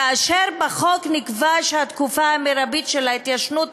כאשר בחוק נקבע שהתקופה המרבית של ההתיישנות,